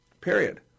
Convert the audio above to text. period